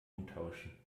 umtauschen